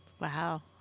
wow